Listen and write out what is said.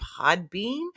Podbean